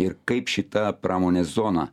ir kaip šita pramonės zona